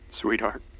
sweetheart